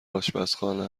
آشپزخانه